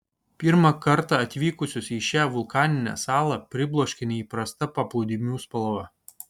pirmą kartą atvykusius į šią vulkaninę salą pribloškia neįprasta paplūdimių spalva